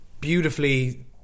beautifully